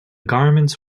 garments